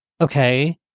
okay